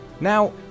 Now